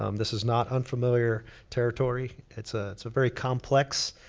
um this is not unfamiliar territory. it's ah it's a very complex